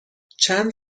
چند